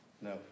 No